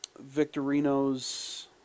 Victorino's